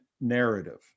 narrative